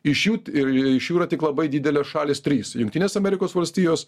iš jų ir iš jų yra tik labai didelės šalys trys jungtinės amerikos valstijos